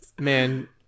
Man